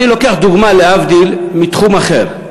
אני לוקח דוגמה, להבדיל, מתחום אחר.